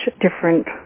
different